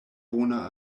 bona